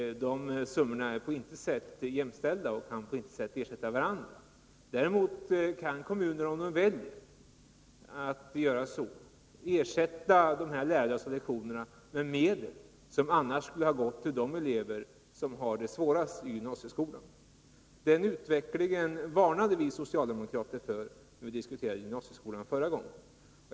De summorna är inte jämställda och kan på intet sätt ersätta varandra. Däremot kan kommuner, om de vill, ersätta de lärarlösa lektionerna med medel som annars skulle ha använts för de elever som har det svårast i gymnasieskolan. Den utvecklingen varnade vi socialdemokrater för, när gymnasieskolan förra gången diskuterades.